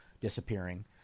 disappearing